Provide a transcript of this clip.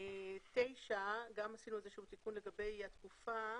בסעיף 9 עשינו איזשהו תיקון לגבי התקופה.